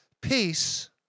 Peace